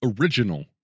original